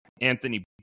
Anthony